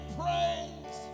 praise